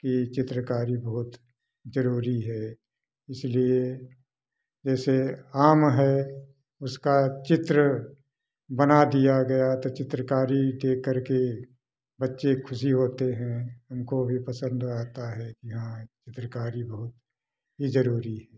की चित्रकारी बहुत जरूरी है इसलिए जैसे आम है उसका चित्र बना दिया गया तो चित्रकारी देख कर के बच्चे खुशी होते हैं उनको भी पसंद आता है यहाँ चित्रकारी बहुत ही जरूरी है